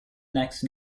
next